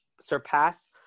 surpass